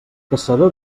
caçador